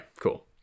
Cool